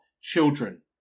children